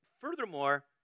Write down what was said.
Furthermore